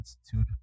Institute